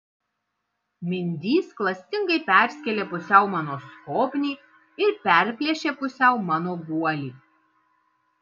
mindys klastingai perskėlė pusiau mano skobnį ir perplėšė pusiau mano guolį